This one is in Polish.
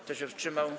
Kto się wstrzymał?